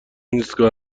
ایستگاه